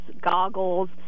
goggles